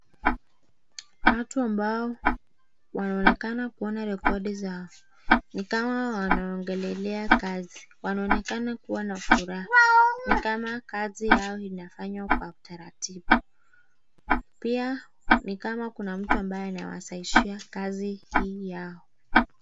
Watu ambao wanaonekana kuona rekodi zao ni kama wanaongelea kazi ni kama wanakuwa na kazi ni kama kazi Yao inafanywa kwa utaratibu ,pia ni kama Kuna mtu anawasahisiya kazi hii yao.